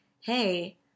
hey